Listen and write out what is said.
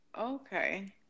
Okay